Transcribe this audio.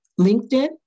LinkedIn